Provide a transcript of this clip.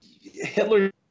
Hitler